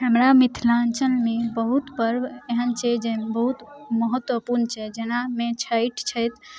हमरा मिथिलाञ्चलमे बहुत पर्व एहन छै जे बहुत महत्वपूर्ण छै जेनामे छठि छै